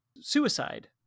suicide